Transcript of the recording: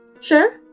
Sure